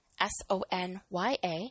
S-O-N-Y-A